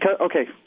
okay